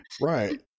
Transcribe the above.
Right